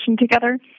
together